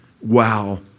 Wow